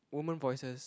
woman voices